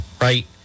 right